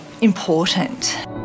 important